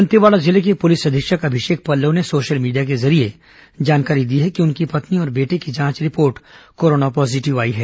दंतेवाड़ा जिले के पुलिस अधीक्षक अभिषेक पल्लव ने सोशल मीडिया के जरिये जानकारी दी है कि उनकी पत्नी और बेटे की जांच रिपोर्ट कोरोना पॉजीटिव आई है